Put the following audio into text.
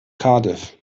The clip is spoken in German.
cardiff